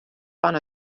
fan